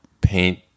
paint